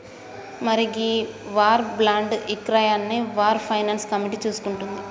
మరి ఈ వార్ బాండ్లు ఇక్రయాన్ని వార్ ఫైనాన్స్ కమిటీ చూసుకుంటుంది